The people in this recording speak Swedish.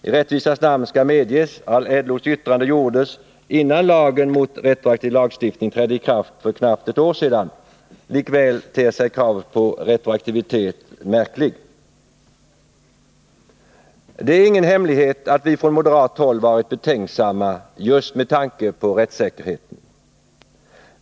I rättvisans namn skall medges att LO:s yttrande avgavs innan lagen mot retroaktiv lagstiftning trädde i kraft för knappt ett år sedan. Likväl ter sig kravet på retroaktivitet märkligt. Det är ingen hemlighet att vi från moderat håll har varit betänksamma just med tanke på rättssäkerheten.